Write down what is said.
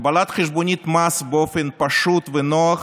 קבלת חשבונית מס באופן פשוט ונוח